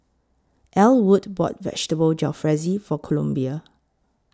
Ellwood bought Vegetable Jalfrezi For Columbia